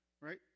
Right